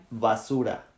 Basura